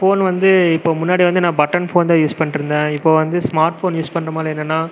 phone வந்து இப்போ முன்னாடி வந்து நான் பட்டன் ஃபோன் தான் யூஸ் பண்ணிட்ருந்தேன் இப்போது வந்து ஸ்மார்ட் ஃபோன் யூஸ் பண்றதுனால என்னன்னா